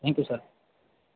thank you sir